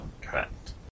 Correct